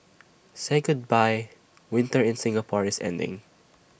say goodbye winter in Singapore is ending